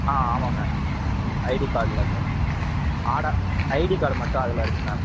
ஆ ஆமாம் ma'am ID கார்ட்டில் அந்த ஆடா ஐடி கார்டு மட்டும் அதில் இருக்குது மேம்